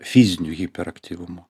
fizinio hiperaktyvumo